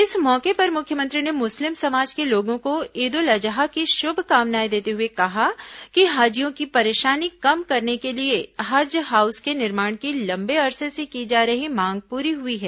इस मौके पर मुख्यमंत्री ने मुस्लिम समाज के लोगों को ईद उल अजहा की शुभकामनाएं देते हुए कहा कि हाजियों की परेशानी कम करने के लिए हज हाउस के निर्माण की लंबे अरसे से की जा रही मांग पूरी हुई है